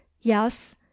Yes